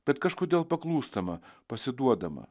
bet kažkodėl paklūstama pasiduodama